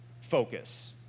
focus